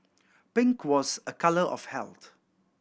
pink was a colour of health